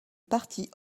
partie